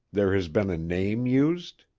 there has been a name used?